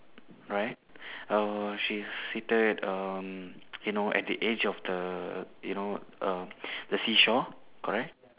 right err she's seated um you know at the edge of the you know err the sea shore correct